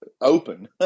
open